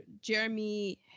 jeremy